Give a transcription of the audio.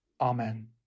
Amen